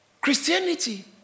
Christianity